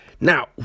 Now